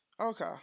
Okay